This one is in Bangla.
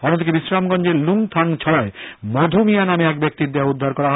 অন্যদিকে বিশ্রামগঞ্জের লুংখাংছড়ায় মধু মিয়া নামে এক ব্যক্তির দেহ উদ্ধার করা হয়